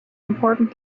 important